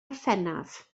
orffennaf